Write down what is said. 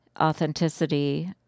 authenticity